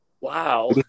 Wow